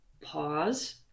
pause